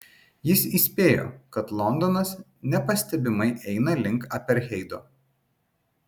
jis įspėjo kad londonas nepastebimai eina link apartheido